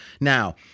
Now